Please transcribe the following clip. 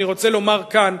אני רוצה לומר כאן,